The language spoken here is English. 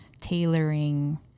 tailoring